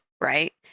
right